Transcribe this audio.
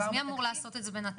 נו, אז מי אמור לעשות את זה בינתיים?